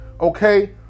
okay